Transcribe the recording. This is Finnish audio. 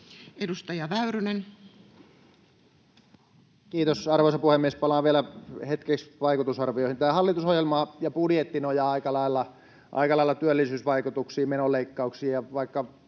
13:11 Content: Kiitos, arvoisa puhemies! Palaan vielä hetkeksi vaikutusarvioihin. Tämä hallitusohjelma ja budjetti nojaavat aika lailla työllisyysvaikutuksiin, menoleikkauksiin